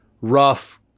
rough